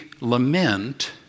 lament